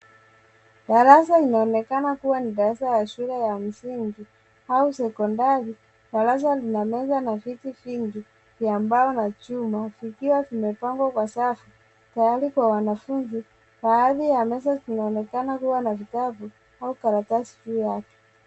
Darasa linaonekana kuwa ni darasa ya shule ya msingi au sekondari. Darasa lina meza na viti nyingi vya mbao na chuma zikiwa zimepangwa kwa safu tayari kwa wanafunzi. Baadhi ya meza zinaonekana kuwa na vitabu au karatasi juu yake.